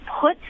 put